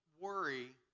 worry